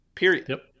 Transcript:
Period